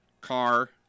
car